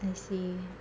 I see